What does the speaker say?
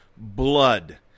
Blood